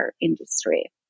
industry